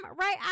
right